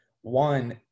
One